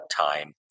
time